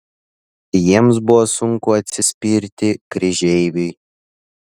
jiems buvo sunku atsispirti kryžeiviui